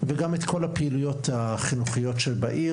וגם את כל הפעילויות החינוכיות שבעיר,